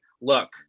look